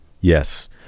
Yes